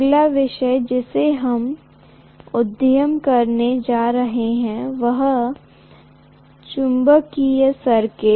अगला विषय जिसे हम उद्यम करने जा रहे हैं वह है चुंबकीय सर्किट